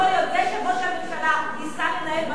זה שראש הממשלה ניסה לנהל משא-ומתן,